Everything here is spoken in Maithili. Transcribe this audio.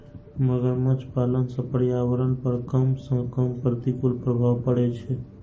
मगरमच्छ पालन सं पर्यावरण पर कम सं कम प्रतिकूल प्रभाव पड़ै छै